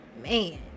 man